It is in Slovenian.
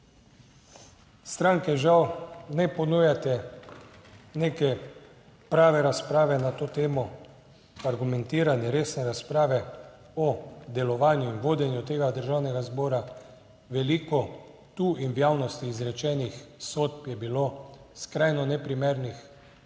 Stranke, žal, ne ponujate neke prave razprave na to temo, argumentirane, resne razprave o delovanju in vodenju tega državnega zbora. Veliko tu in v javnosti izrečenih sodb je bilo skrajno neprimernih,